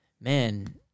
man